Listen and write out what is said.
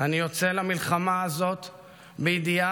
"אני יוצא למלחמה בידיעה",